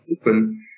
open